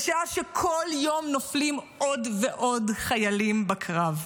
בשעה שכל יום נופלים עוד ועוד חיילים בקרב.